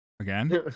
Again